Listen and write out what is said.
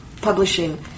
publishing